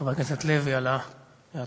חבר הכנסת לוי, על ההצרחה.